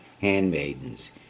handmaidens